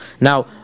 Now